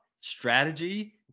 strategy